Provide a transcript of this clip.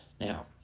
Now